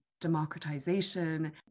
democratization